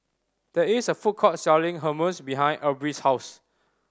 there is a food court selling Hummus behind Aubrey's house